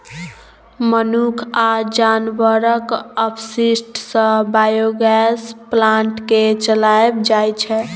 मनुख आ जानबरक अपशिष्ट सँ बायोगैस प्लांट केँ चलाएल जाइ छै